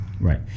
right